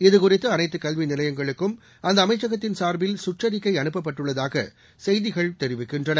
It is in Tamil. இதுகுறித்து அனைத்து கல்வி நிலையங்களுக்கும் அந்த அமைச்சகத்தின் சாா்பில் சுற்றறிக்கை அனுப்பப்பட்டுள்ளதாக செய்திகள் தெரிவிக்கின்றன